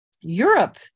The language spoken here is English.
Europe